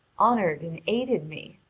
honoured and aided me.